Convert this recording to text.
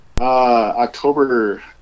October